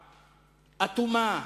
אטומה,